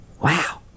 Wow